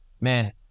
man